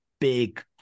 big